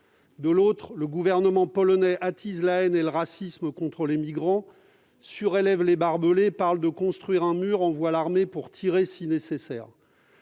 De l'autre, le gouvernement polonais attise la haine et le racisme contre les migrants, surélève les barbelés, parle de construire un mur et envoie l'armée pour tirer si nécessaire.